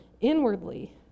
inwardly